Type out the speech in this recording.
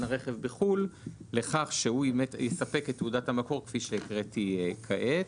הרכב בחו"ל לכך שהוא יספק את תעודת המקור כפי שהקראתי כעת.